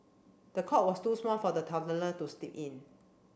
the cot was too small for the toddler to sleep in